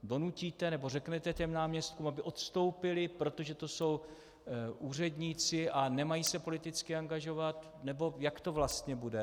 Donutíte nebo řekněte těm náměstkům, aby odstoupili, protože to jsou úředníci, a nemají se politicky angažovat, nebo jak to vlastně bude?